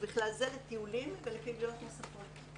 ובכלל זה לטיולים לפעילויות נוספות,